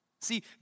See